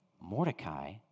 Mordecai